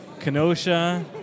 Kenosha